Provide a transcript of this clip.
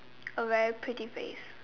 a very pretty face